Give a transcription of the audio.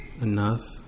enough